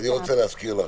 אני רוצה להזכיר לך,